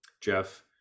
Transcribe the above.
Jeff